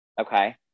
Okay